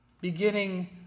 beginning